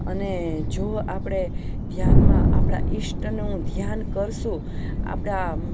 અને જો આપણે ધ્યાનમાં આપણા ઇષ્ટનું ધ્યાન કરીશું આપણા